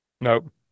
Nope